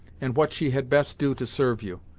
and what she had best do to serve you.